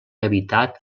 habitat